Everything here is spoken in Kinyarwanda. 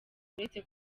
uretse